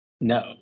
No